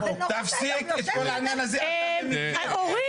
תפסיק עם כל העניין הזה, תומכי טרור.